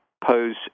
pose